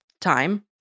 time